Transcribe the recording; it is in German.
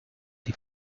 die